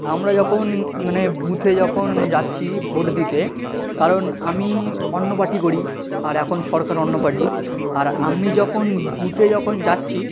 আমরা যখন মানে বুথে যখন যাচ্ছি ভোট দিতে কারণ আমি অন্য পার্টি করি আর এখন সরকার অন্য পার্টির আর আমি যখন বুথে যখন যাচ্ছি